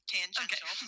Tangential